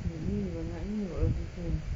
ni bermakna